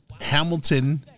Hamilton